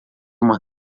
uma